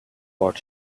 bored